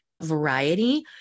variety